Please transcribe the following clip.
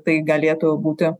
tai galėtų būti